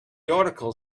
article